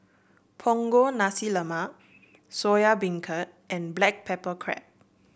Punggol Nasi Lemak Soya Beancurd and Black Pepper Crab